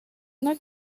not